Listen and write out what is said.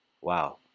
wow